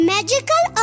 Magical